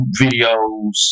videos